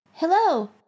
Hello